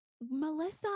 Melissa